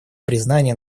признания